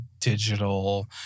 digital